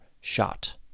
shot